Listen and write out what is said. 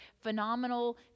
phenomenal